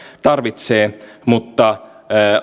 tarvitsee mutta